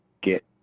get